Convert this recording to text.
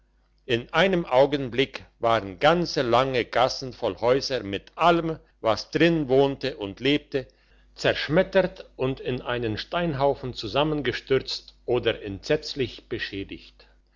in einem augenblick waren ganze lange gassen voll häuser mit allem was darin wohnte und lebte zerschmettert und in einen steinhaufen zusammengestürzt oder entsetzlich beschädigt